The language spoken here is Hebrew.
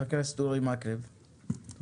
חבר הכנסת אורי מקלב, בבקשה.